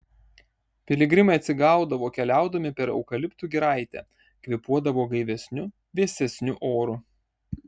piligrimai atsigaudavo keliaudami per eukaliptų giraitę kvėpuodavo gaivesniu vėsesniu oru